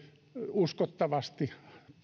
uskottavasti